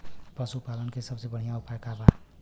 पशु पालन के सबसे बढ़ियां उपाय का बा?